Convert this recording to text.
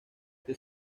que